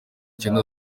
cyenda